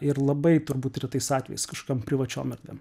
ir labai turbūt retais atvejais kažkokiom privačiom erdvėm